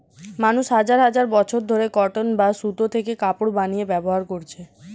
মানুষ হাজার হাজার বছর ধরে কটন বা সুতো থেকে কাপড় বানিয়ে ব্যবহার করছে